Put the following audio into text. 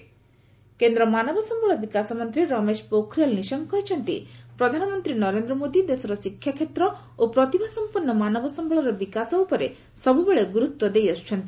Pokhriyal HRD କେନ୍ଦ୍ର ମାନବ ସମ୍ଭଳ ବିକାଶ ମନ୍ତ୍ରୀ ରମେଶ ପୋଖରିଆଲ୍ ନିଶଙ୍କ କହିଛନ୍ତି ପ୍ରଧାନମନ୍ତ୍ରୀ ନରେନ୍ଦ୍ର ମୋଦି ଦେଶର ଶିକ୍ଷାକ୍ଷେତ୍ର ଓ ପ୍ରତିଭାସମ୍ପନୁ ମାନବ ସମ୍ଭଳର ବିକାଶ ଉପରେ ସବୁବେଳେ ଗୁରୁତ୍ୱ ଦେଇଆସୁଛନ୍ତି